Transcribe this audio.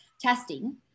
testing